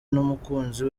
n’umukunzi